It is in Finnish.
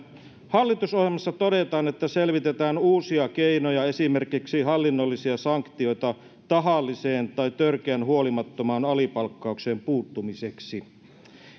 hallitusohjelmassa todetaan että selvitetään uusia keinoja esimerkiksi hallinnollisia sanktioita tahalliseen tai törkeän huolimattomaan alipalkkaukseen puuttumiseksi kysynkin työministeriltä